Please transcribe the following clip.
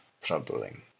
troubling